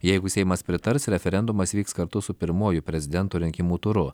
jeigu seimas pritars referendumas vyks kartu su pirmuoju prezidento rinkimų turu